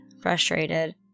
frustrated